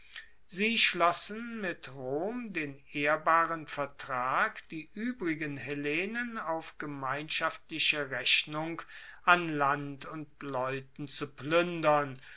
sie schlossen mit rom den ehrbaren vertrag die uebrigen hellenen auf gemeinschaftliche rechnung an land und leuten zu pluendern